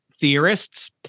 theorists